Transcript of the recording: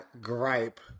gripe